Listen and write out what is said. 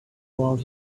around